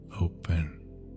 open